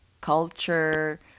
culture